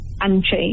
unchanged